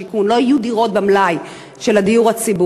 לא יהיו דירות במלאי של הדיור הציבורי.